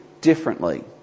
differently